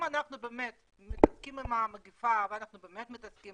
אם אנחנו באמת מתעסקים עם המגפה ואנחנו באמת מתעסקים